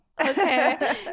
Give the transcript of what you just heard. okay